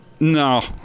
No